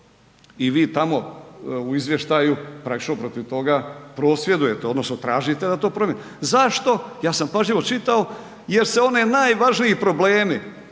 i vi tamo u izvještaju praktično protiv toga prosvjedujete odnosno tražite da promijenimo. Zašto, ja sam pažljivo čitao jer se oni najvažniji problemi,